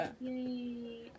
yay